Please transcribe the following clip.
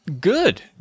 Good